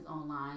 online